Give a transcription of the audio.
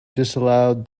disallowed